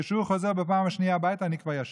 כשהוא חוזר בפעם השנייה הביתה, אני כבר ישן.